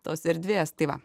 tos erdvės tai va